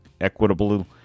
equitable